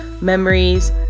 memories